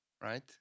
right